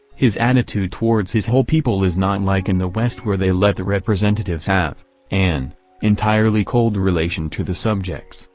his attitude towards his whole people is not like in the west where they let the representatives have and entirely cold relation to the subjects,